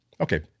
Okay